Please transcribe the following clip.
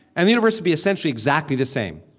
and the universe would be essentially exactly the same.